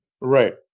Right